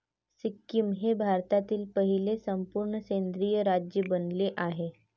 सिक्कीम हे भारतातील पहिले संपूर्ण सेंद्रिय राज्य बनले आहे